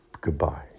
goodbye